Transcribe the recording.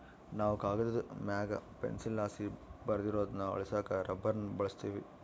ನಾವು ಕಾಗದುದ್ ಮ್ಯಾಗ ಪೆನ್ಸಿಲ್ಲಾಸಿ ಬರ್ದಿರೋದ್ನ ಅಳಿಸಾಕ ರಬ್ಬರ್ನ ಬಳುಸ್ತೀವಿ